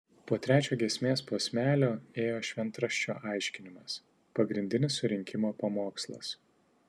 po trečio giesmės posmelio ėjo šventraščio aiškinimas pagrindinis surinkimo pamokslas